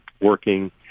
working